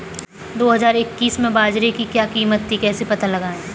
दो हज़ार इक्कीस में बाजरे की क्या कीमत थी कैसे पता लगाएँ?